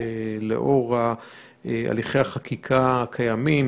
לאור הליכי החקיקה הקיימים,